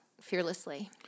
fearlessly